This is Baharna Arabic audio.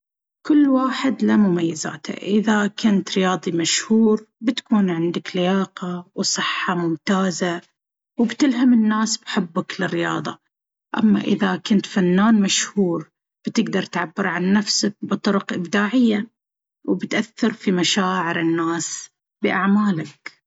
كل واحد له مميزاته! إذا كنت رياضي مشهور، بتكون عندك لياقة وصحة ممتازة، وبتلهم الناس بحبك للرياضة. أما إذا كنت فنان مشهور، بتقدر تعبرعن نفسك بطرق إبداعية وبتأثر في مشاعر الناس بأعمالك. كل واحد فيهم له طعمه الخاص!